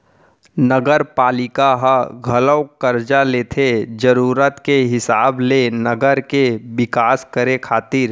नगरपालिका ह घलोक करजा लेथे जरुरत के हिसाब ले नगर के बिकास करे खातिर